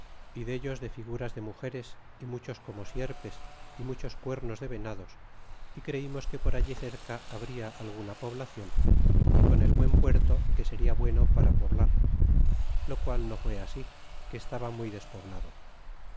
y dellos de figuras de mugeres y muchos como sierpes y muchos cuernos de venados creimos que por allí cerca habría alguna poblacion a con el buen puerto que seria bueno para poblar lo qual no fue así que estaba muy despoblado